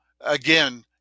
again